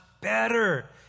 better